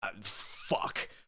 Fuck